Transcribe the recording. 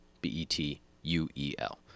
B-E-T-U-E-L